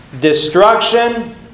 Destruction